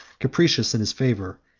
capricious in his favor,